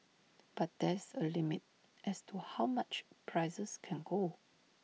but there's A limit as to how much prices can go